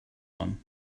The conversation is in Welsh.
hon